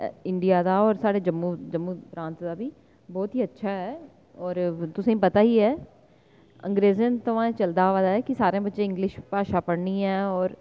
India दा होर साढ़े जम्मू जम्मू प्रांत दा बी बहोत ई अच्छा ऐ होर तुसेंगी पता ऐ कि अंग्रेजें थमां चलदा आवा दा ऐ की सारें इंग्लिश भाशा पढ़नी ऐ होर